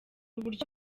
uburyo